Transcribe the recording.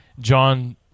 John